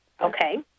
Okay